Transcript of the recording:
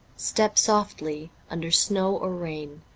step softly, under snow or rain,